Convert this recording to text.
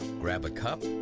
grab a cup,